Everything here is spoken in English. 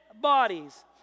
bodies